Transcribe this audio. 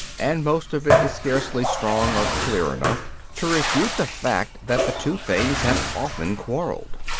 and most of it is scarcely strong or clear enough to refute the fact that the two things have often quarrelled.